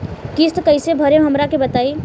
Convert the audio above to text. किस्त कइसे भरेम हमरा के बताई?